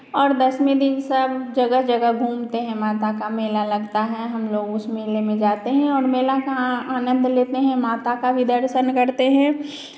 और दशमी दिन सब जगह जगह घूमते हैं माता का मेला लगता है हमलोग उस मेले में जाते हैं और मेला का आनन्द लेते हैं माता का भी दर्शन करते हैं